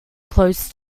close